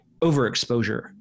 overexposure